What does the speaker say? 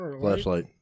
Flashlight